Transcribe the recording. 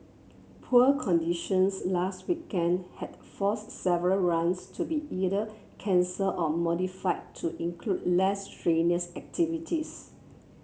poor conditions last weekend had forced several runs to be either cancelled or modified to include less strenuous activities